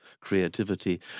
creativity